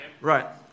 Right